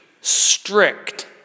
strict